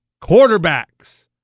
Quarterbacks